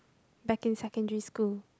back in secondary school